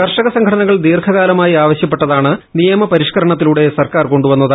കർഷക സംഘടനകൾ ദീർഘകാലമായി ആവശ്യപ്പെട്ടതാണ് നിയമ പരിഷ്കരണത്തിലൂടെ സർക്കാർ കൊണ്ടുവന്നത്